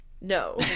No